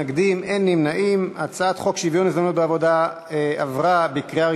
את הצעת חוק שוויון ההזדמנויות בעבודה (תיקון מס' 22)